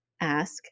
ask